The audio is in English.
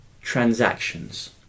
transactions